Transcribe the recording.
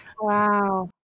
Wow